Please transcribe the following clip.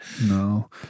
No